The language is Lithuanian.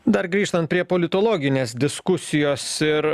dar grįžtant prie politologinės diskusijos ir